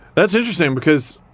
that's interesting because,